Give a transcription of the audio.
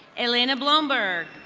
alina bloomberg.